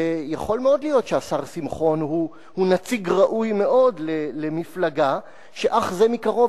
ויכול מאוד להיות שהשר שמחון הוא נציג ראוי מאוד למפלגה שאך זה מקרוב